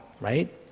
right